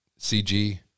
CG